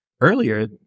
earlier